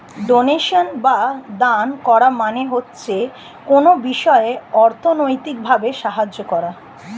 donation বা দান করা মানে হচ্ছে কোনো বিষয়ে অর্থনৈতিক ভাবে সাহায্য করা